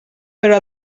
però